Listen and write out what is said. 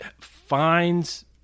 finds